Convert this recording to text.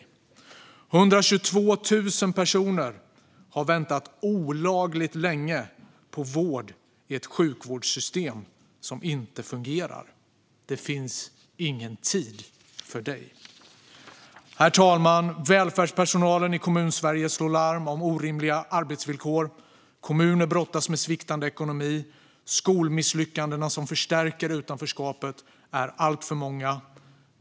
122 000 personer har väntat olagligt länge på vård i ett sjukvårdssystem som inte fungerar. Det finns ingen tid för dig. Herr talman! Välfärdspersonalen i Kommunsverige slår larm om orimliga arbetsvillkor. Kommuner brottas med sviktande ekonomi. Skolmisslyckandena som förstärker utanförskapet är alltför många.